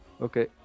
Okay